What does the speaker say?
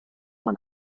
man